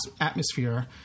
atmosphere